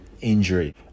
injury